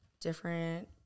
different